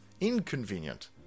inconvenient